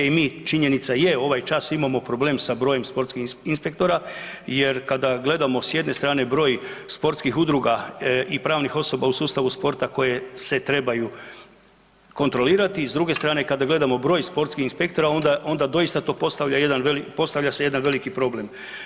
I mi činjenica je ovaj čas imao problem sa brojem sportskih inspektora jer kada gledamo s jedne strane broj sportskih udruga i pravnih osoba u sustavu sporta koje se trebaju kontrolirati i s druge strane kada gledamo broj sportskih inspektora onda doista to postavlja, postavlja se jedna veliki problem.